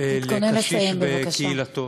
לקשיש בקהילתו.